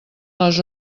les